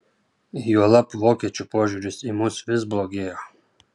juolab vokiečių požiūris į mus vis blogėjo